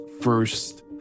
first